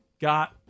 got